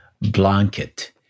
blanket